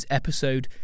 episode